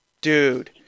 dude